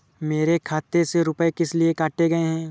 मेरे खाते से रुपय किस लिए काटे गए हैं?